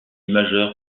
majeur